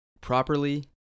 properly